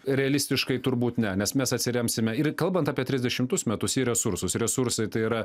realistiškai turbūt ne nes mes atsiremsime ir kalbant apie trisdešimtus metus į resursus resursai tai yra